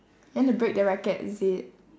you want to break the racket is it